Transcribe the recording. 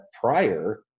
prior